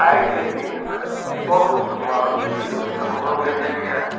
आइके दिनमे बहुत माछ विलुप्त भऽ गेलै हँ